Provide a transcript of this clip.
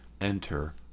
enter